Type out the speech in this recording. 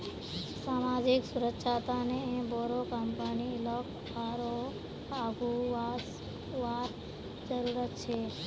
सामाजिक सुरक्षार तने बोरो कंपनी लाक आरोह आघु वसवार जरूरत छेक